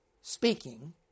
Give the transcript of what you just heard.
speaking